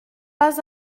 pas